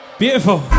beautiful